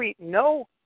No –